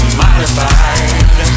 modified